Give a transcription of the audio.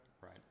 Right